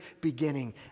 beginning